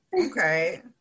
okay